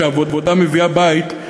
שעבודה מביאה בית,